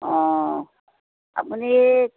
অঁ আপুনি